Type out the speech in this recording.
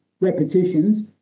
repetitions